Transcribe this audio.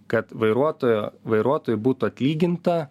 kad vairuotojo vairuotojui būtų atlyginta